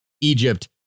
Egypt